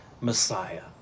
Messiah